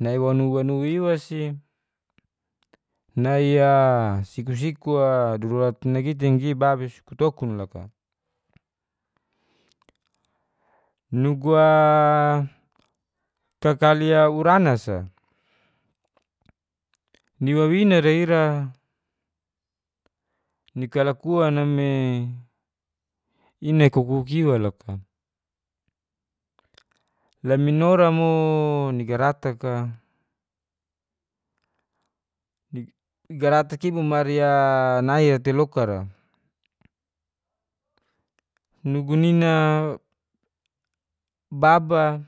nai wanu wanu iwa si nai a siku siku a durat nagit te nggi babis kutokun loka. nugu a kakali urana sa ni wawina ra ira ni kalakuan a me i nai kukuk iwa loka laminora mooo ni garatak a ni garatak i bo mari a nai e teloka ra nugu nina baba